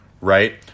Right